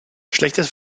schlechtes